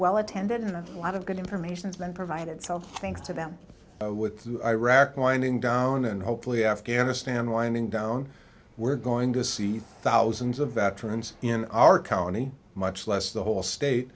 well attended a lot of good information has been provided so thanks to them with iraq winding down and hopefully afghanistan winding down we're going to see thousands of veterans in our county much less the whole state